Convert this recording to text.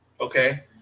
Okay